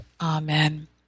Amen